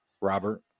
Robert